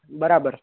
બરાબર